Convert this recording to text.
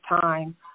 time